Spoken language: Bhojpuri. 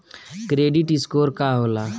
क्रेडिट स्कोर का होला?